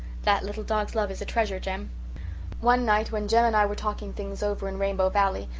that little dog's love is a treasure, jem one night when jem and i were talking things over in rainbow valley,